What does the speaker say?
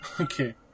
Okay